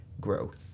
growth